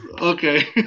Okay